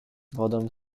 wodą